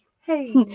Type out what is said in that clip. Hey